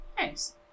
Nice